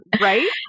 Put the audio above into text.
Right